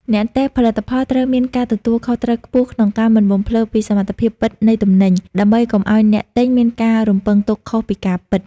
អ្នកតេស្តផលិតផលត្រូវមានការទទួលខុសត្រូវខ្ពស់ក្នុងការមិនបំផ្លើសពីសមត្ថភាពពិតនៃទំនិញ ដើម្បីកុំឱ្យអ្នកទិញមានការរំពឹងទុកខុសពីការពិត។